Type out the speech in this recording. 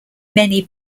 many